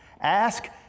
Ask